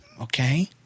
Okay